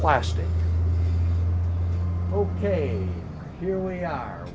plastic ok here we are